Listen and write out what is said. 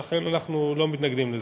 לכן אנחנו לא מתנגדים לזה.